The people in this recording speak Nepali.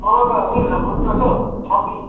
मलाई त उयो खानु मन परिरहेको छ हौ फम्बी